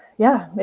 yeah,